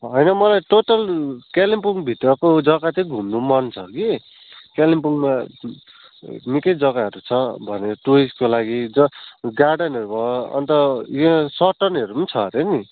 होइन मलाई टोटल कालिम्पोङभित्रको जग्गा चाहिँ घुम्नु मन छ कि कालिम्पोङमा निक्कै जग्गाहरू छ भने टुरिस्टको लागि छ गार्डनहरू छ अन्त यहाँ सर्टनहरू पनि छ हरे नि